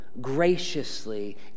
graciously